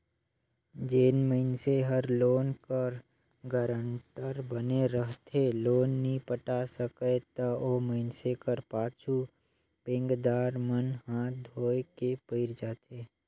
जेन मइनसे हर लोन कर गारंटर बने रहथे लोन नी पटा सकय ता ओ मइनसे कर पाछू बेंकदार मन हांथ धोए के पइर जाथें